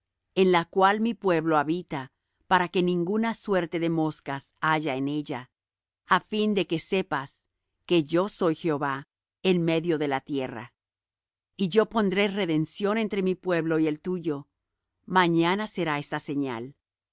en la cual mi pueblo habita para que ninguna suerte de moscas haya en ella á fin de que sepas que yo soy jehová en medio de la tierra y yo pondré redención entre mi pueblo y el tuyo mañana será esta señal